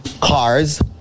cars